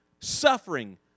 suffering